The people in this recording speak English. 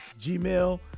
Gmail